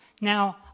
Now